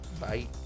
Bye